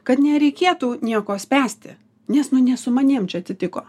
kad nereikėtų nieko spręsti nes nu ne su manim čia atsitiko